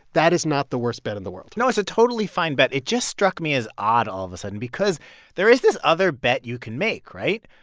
that is not the worst bet in the world no, it's a totally fine bet. it just struck me as odd all of a sudden because there is this other bet you can make, right?